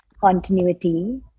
continuity